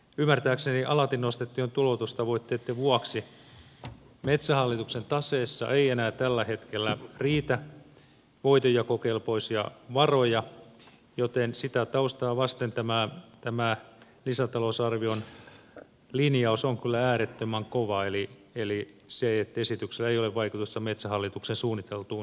ymmärtääkseni alati nostettujen tuloutustavoitteitten vuoksi metsähallituksen taseessa ei enää tällä hetkellä riitä voitonjakokelpoisia varoja joten sitä taustaa vasten on kyllä äärettömän kova tämä lisätalousarvion linjaus eli se että esityksellä ei ole vaikutusta metsähallituksen suunniteltuun tuloutukseen